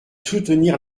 soutenir